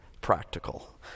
practical